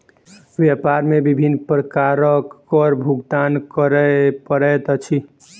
व्यापार मे विभिन्न प्रकारक कर भुगतान करय पड़ैत अछि